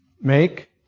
make